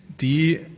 die